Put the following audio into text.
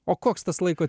o koks tas laiko